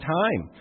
time